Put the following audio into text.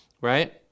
right